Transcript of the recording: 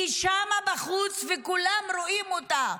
היא שם בחוץ, וכולם רואים אותה.